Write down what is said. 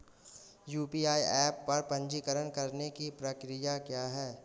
UPI app पर पंजीकरण करने की प्रक्रिया क्या है?